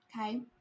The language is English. okay